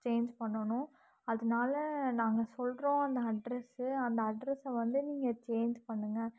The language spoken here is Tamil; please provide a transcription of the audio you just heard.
சேஞ்ச் பண்ணணும் அதனால நாங்கள் சொல்கிறோம் அந்த அட்ரஸு அந்த அட்ரஸை வந்து நீங்கள் சேஞ்ச் பண்ணுங்க